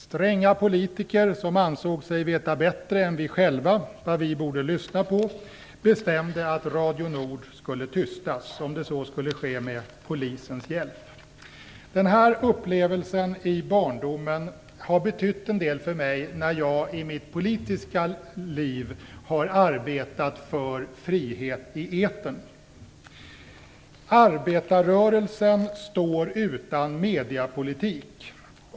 Stränga politiker, som ansåg sig veta bättre än vi själva vad vi borde lyssna på, bestämde att Radio Nord skulle tystas, om det så skulle ske med Polisens hjälp. Den här upplevelsen i barndomen har betytt en del för mig, när jag i mitt politiska liv har arbetat för frihet i etern. "Arbetarrörelsen står utan mediapolitik."